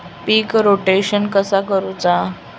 पीक rotation कसा करूचा?